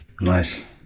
nice